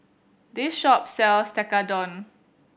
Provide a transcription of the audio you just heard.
this shop sells Tekkadon